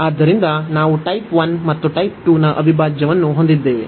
ಆದ್ದರಿಂದ ನಾವು ಟೈಪ್ 1 ಮತ್ತು ಟೈಪ್ 2 ನ ಅವಿಭಾಜ್ಯವನ್ನು ಹೊಂದಿದ್ದೇವೆ